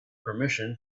permission